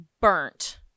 burnt